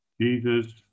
Jesus